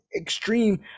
extreme